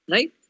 Right